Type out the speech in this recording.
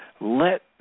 let